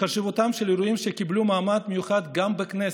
חשיבותם של אירועים שקיבלו מעמד מיוחד גם בכנסת,